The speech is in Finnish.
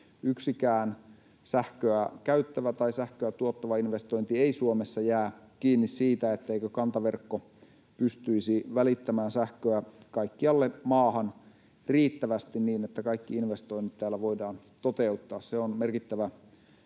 yksikään sähköä käyttävä tai sähköä tuottava investointi ei Suomessa jää kiinni siitä, etteikö kantaverkko pystyisi välittämään sähköä kaikkialle maahan riittävästi, niin että kaikki investoinnit täällä voidaan toteuttaa. Se on merkittävä